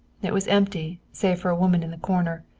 it was empty, save for a woman in a corner,